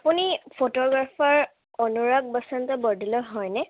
আপুনি ফটোগ্ৰাফাৰ অনুৰাগ বসন্ত বৰদলৈ হয়নে